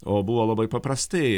o buvo labai paprastai